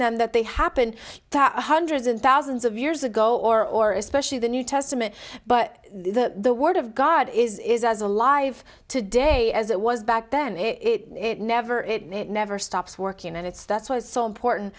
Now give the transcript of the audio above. them that they happen that hundreds and thousands of years ago or or especially the new testament but the word of god is as alive today as it was back then it never it never stops working and it's that's why it's so important